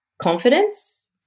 confidence